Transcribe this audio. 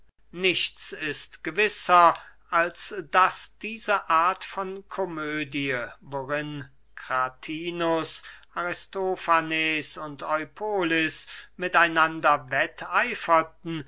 nichts ist gewisser als daß diese art von komödie worin kratinus aristofanes und eupolis mit einander wetteiferten